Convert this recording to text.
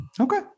Okay